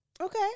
okay